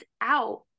out